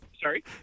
Sorry